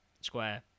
square